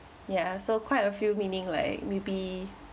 ya so quite a few meaning like maybe